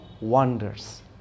wonders